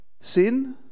sin